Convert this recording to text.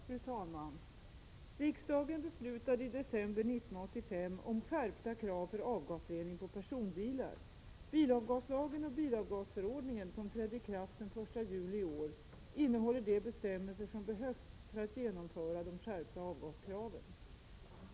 Fru talman! Riksdagen beslutade i december 1985 att skärpa kraven på avgasrening för personbilar. Bilavgaslagen och bilavgasförordningen, som trädde i kraft den 1 juli i år, innehåller de bestämmelser som behövs för att genomföra skärpningen av kraven på avgasrening.